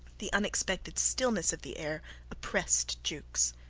the unexpected stillness of the air oppressed jukes.